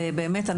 באמת,